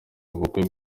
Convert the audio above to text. ubukwe